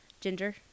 Ginger